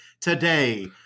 today